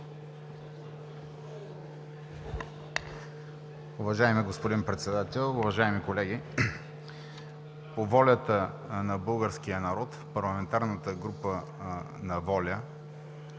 Уважаеми господин Председател, уважаеми колеги, по волята на българския народ Парламентарната група на „Воля“,